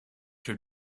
her